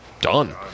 Done